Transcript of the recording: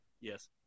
Yes